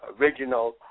original